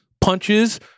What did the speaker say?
punches